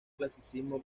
clasicismo